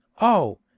Oh